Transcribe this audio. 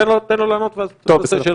תן לו לענות ואז תשאל.